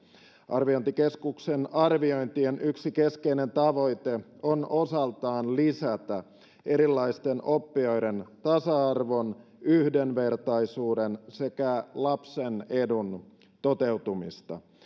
arviointikeskuksen arviointien yksi keskeinen tavoite on osaltaan lisätä erilaisten oppijoiden tasa arvon yhdenvertaisuuden sekä lapsen edun toteutumista